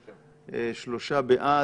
אם כך, שלושה בעד,